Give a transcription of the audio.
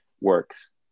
works